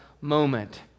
moment